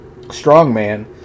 strongman